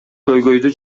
көйгөйдү